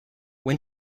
when